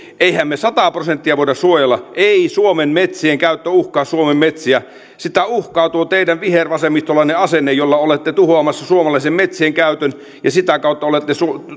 eihän me sataa prosenttia voida suojella ei suomen metsien käyttö uhkaa suomen metsiä sitä uhkaa tuo teidän vihervasemmistolainen asenteenne jolla olette tuhoamassa suomalaisen metsienkäytön ja sitä kautta olette